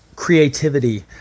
creativity